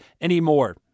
anymore